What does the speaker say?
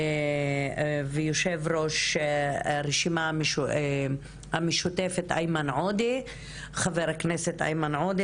ויו"ר הרשימה המשותפת, חה"כ איימן עודה.